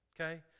okay